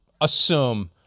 assume